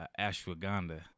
ashwagandha